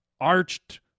Arched